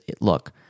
look